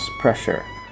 pressure